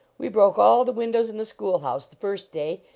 we broke all the windows in the school-house the first day,